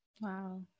Wow